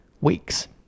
weeks